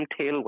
tailwind